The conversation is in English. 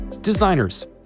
Designers